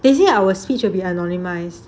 they say our speech will be anonymise